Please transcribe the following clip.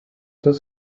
das